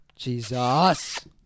Jesus